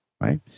Right